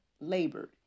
labored